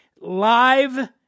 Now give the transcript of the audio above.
live